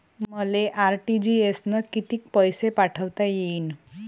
मले आर.टी.जी.एस न कितीक पैसे पाठवता येईन?